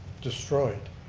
destroyed.